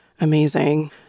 amazing